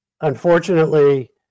Unfortunately